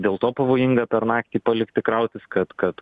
dėl to pavojinga per naktį palikti krautis kad kad